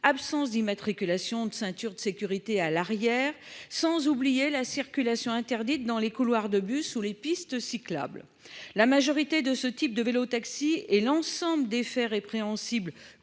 absence d'immatriculation de ceinture de sécurité à l'arrière, sans oublier la circulation interdite dans les couloirs de bus ou les pistes cyclables la majorité de ce type de vélos, taxis et l'ensemble des faits répréhensibles